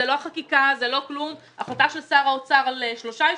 את לא חקיקה ולא כלום אלא החלטה של שר האוצר על שלושה ישובים,